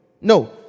no